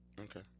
Okay